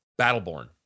Battleborn